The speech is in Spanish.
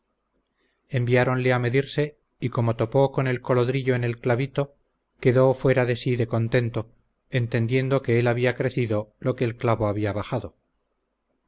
lisa enviáronle a medirse y como topó con el colodrillo en el clavito quedó fuera de si de contento entendiendo que él había crecido lo que el clavo había bajado